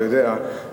אתה יודע,